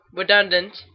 redundant